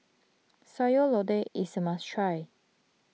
Sayur Lodeh is a must try